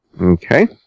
Okay